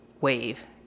wave